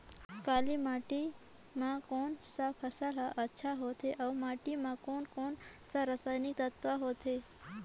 काली माटी मां कोन सा फसल ह अच्छा होथे अउर माटी म कोन कोन स हानिकारक तत्व होथे?